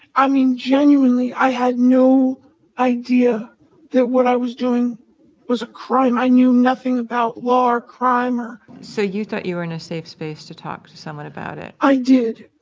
i mean genuinely, i had no idea that what i was doing was a crime. i knew nothing about law or crime or. so you thought you were in a safe space to talk to someone about it? i did.